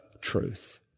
truth